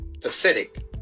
pathetic